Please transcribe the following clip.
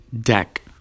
deck